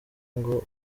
ngo